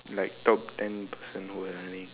like top ten person who running